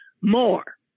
more